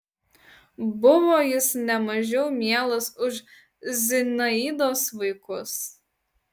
buvo jis ne mažiau mielas už zinaidos vaikus